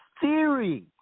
theory